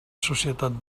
societat